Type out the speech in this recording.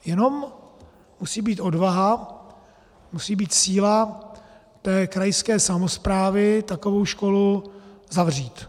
Jenom musí být odvaha, musí být síla krajské samosprávy takovou školu zavřít.